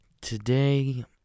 today